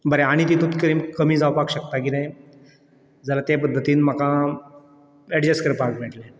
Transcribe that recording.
बरें आनी कितून कमी जावपाक शकता कितें जाल्या ते पद्दतीन म्हाका एडजस्ट करपाक मेळटलें